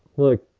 look.